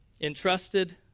entrusted